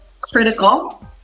critical